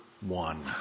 one